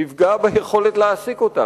אלא יפגע ביכולת להעסיק אותם.